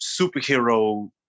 superhero